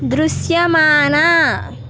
దృశ్యమాన